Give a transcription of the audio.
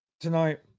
tonight